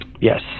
Yes